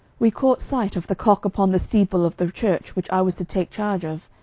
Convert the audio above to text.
we caught sight of the cock upon the steeple of the church which i was to take charge of,